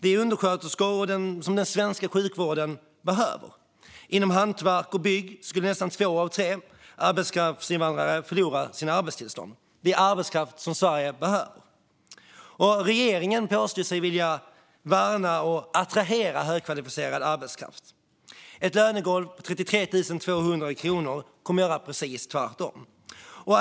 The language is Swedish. Det är undersköterskor som den svenska sjukvården behöver. Inom hantverk och bygg skulle nästan två av tre arbetskraftsinvandrare förlora sina arbetstillstånd. Det är arbetskraft som Sverige behöver. Regeringen påstår sig vilja värna och attrahera högkvalificerad arbetskraft. Med ett lönegolv på 33 200 kommer det att bli göra precis tvärtom.